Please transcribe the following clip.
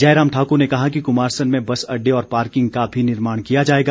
जयराम ठाकुर ने कहा कि कुमारसैन में बस अड्डे और पार्किंग का भी निर्माण किया जाएगा